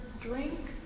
Drink